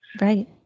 Right